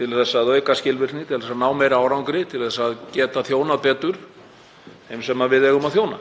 til að auka skilvirkni, til að ná meiri árangri, til að geta þjónað betur þeim sem við eigum að þjóna.